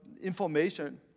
information